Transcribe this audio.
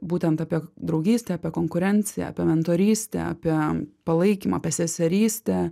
būtent apie draugystę apie konkurenciją apie mentorystę apie palaikymą apie seserystę